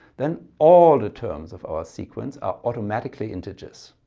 then all the terms of our sequence are automatically integers.